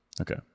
Okay